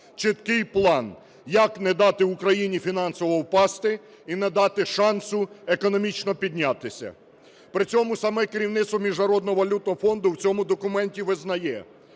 чіткий план, як не дати Україні фінансово впасти і не дати шансу економічно піднятися. При цьому саме керівництво Міжнародного валютного фонду в цьому документі визнає: